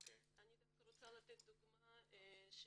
אני רוצה לתת דוגמה של